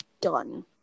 done